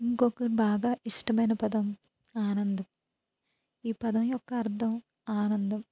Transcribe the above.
ఇంకొక బాగా ఇష్టమైన పదం ఆనందం ఈ పదం యొక్క అర్థం ఆనందం